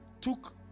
took